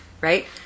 right